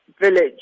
Village